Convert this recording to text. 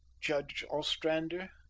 judge ostrander,